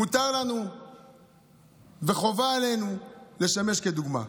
מותר לנו וחובה עלינו לשמש כדוגמה.